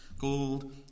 gold